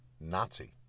Nazi